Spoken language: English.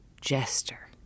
jester